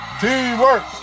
Teamwork